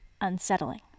unsettling